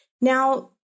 Now